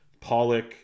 Pollock